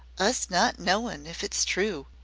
us not knowin' if it's true.